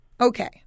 Okay